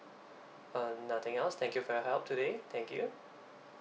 uh nothing else thank you for your help today thank you